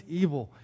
evil